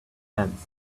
heads